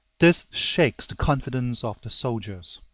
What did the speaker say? this shakes the confidence of the soldiers.